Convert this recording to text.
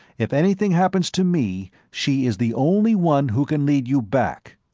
if anything happens to me, she is the only one who can lead you back.